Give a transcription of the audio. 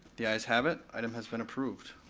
the ayes have it, item has been approved.